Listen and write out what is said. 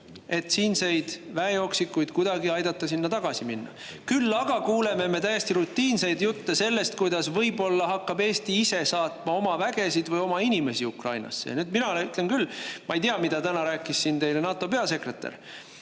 et siinseid väejooksikuid kuidagi aidata sinna tagasi minna. Küll aga kuuleme me täiesti rutiinseid jutte sellest, kuidas võib-olla hakkab Eesti ise saatma oma vägesid või oma inimesi Ukrainasse. Ja nüüd mina ütlen küll – ma ei tea, mida täna rääkis siin teile NATO peasekretär